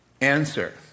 Answer